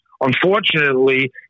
unfortunately